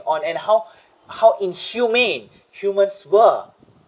on and how how inhumane humans were